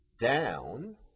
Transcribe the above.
down